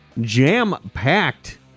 jam-packed